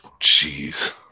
Jeez